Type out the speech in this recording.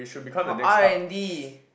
for R and D